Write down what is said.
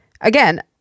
Again